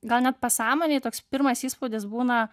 gal net pasąmonėj toks pirmas įspūdis būna